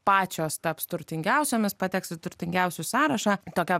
pačios taps turtingiausiomis pateks į turtingiausių sąrašą tokia